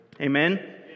Amen